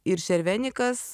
ir šervenikas